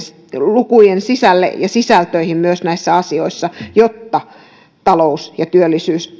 lukujen sisälle ja sisältöihin näissä näissä asioissa jotta talous ja työllisyys